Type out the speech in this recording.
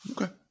Okay